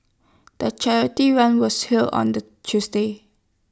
the charity run was held on the Tuesday